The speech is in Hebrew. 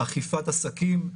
אכיפת עסקים,